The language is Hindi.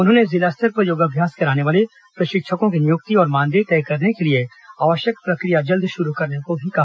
उन्होंने जिला स्तर पर योगाभ्यास कराने वाले प्रशिक्षकों की नियुक्ति और मानदेय तय करने के लिए आवश्यक प्रक्रिया जल्द शुरू करने को कहा